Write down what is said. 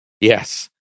Yes